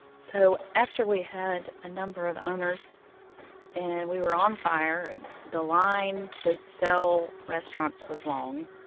so after we had a number of owners and we were on fire and the line to sell restaurants was long,